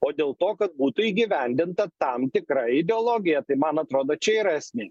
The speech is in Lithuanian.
o dėl to kad būtų įgyvendinta tam tikra ideologija tai man atrodo čia yra esmė